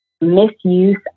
misuse